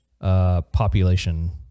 population